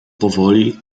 powoli